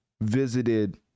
visited